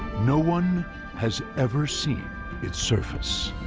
no one has ever seen its surface.